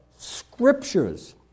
Scriptures